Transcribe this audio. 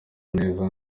neza